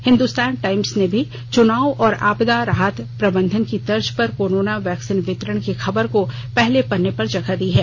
Hindustan Times ने भी चुनाव और आपदा राहत प्रबंधन की तर्ज पर कोरोना वैक्सीन वितरण की खबर को पहले पन्ने प्रमुखता से लिया है